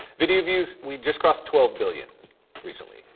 video views, we just crossed twelve billion recently.